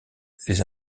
les